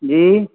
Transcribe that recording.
جی